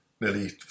nearly